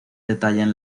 detallan